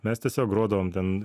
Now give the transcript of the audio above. mes tiesiog grodavom ten